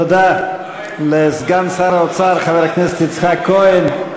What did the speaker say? תודה לסגן שר האוצר חבר הכנסת איציק כהן.